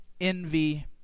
envy